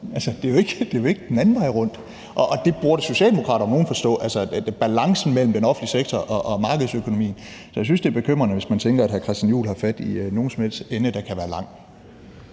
Det er jo ikke den anden vej rundt, og det burde socialdemokrater om nogen forstå, altså balancen mellem den offentlige sektor og markedsøkonomien. Så jeg synes, det er bekymrende, hvis man tænker, at hr. Christian Juhl har fat i nogen som helst ende, der kan være lang.